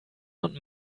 und